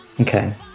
Okay